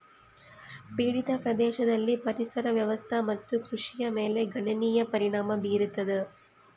ಪೀಡಿತ ಪ್ರದೇಶದಲ್ಲಿ ಪರಿಸರ ವ್ಯವಸ್ಥೆ ಮತ್ತು ಕೃಷಿಯ ಮೇಲೆ ಗಣನೀಯ ಪರಿಣಾಮ ಬೀರತದ